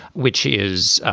which is,